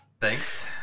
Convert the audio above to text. Thanks